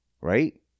Right